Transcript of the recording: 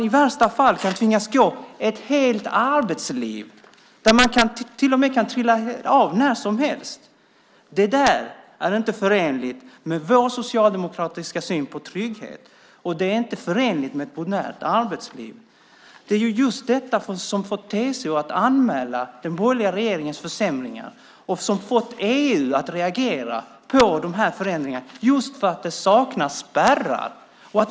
I värsta fall kan man tvingas gå där ett helt arbetsliv, och man kan till och med trilla av när som helst. Det är inte förenligt med vår socialdemokratiska syn på trygghet. Det är inte förenligt med ett modernt arbetsliv. Det är just detta som har fått TCO att anmäla den borgerliga regeringens försämringar och som fått EU att reagera på de här förändringarna. Det saknas spärrar.